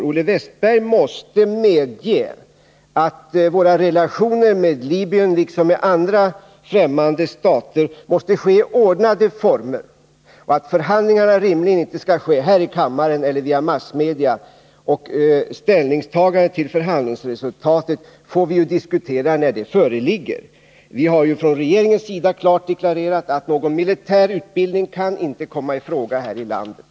Olle Wästberg måste medge att våra relationer med Libyen, liksom med andra främmande stater, måste gestaltas i ordnade former och att förhand — Nr 95 lingarna rimligen inte skall ske här i kammaren eller via massmedia. Förhandlingsresultatet får vi diskutera när det föreligger. Vi har från regeringens sida i detta ärende klart deklarerat att någon militär utbildning inte kan komma i fråga här i landet.